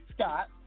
Scott